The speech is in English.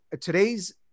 today's